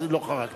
אז לא חרגת.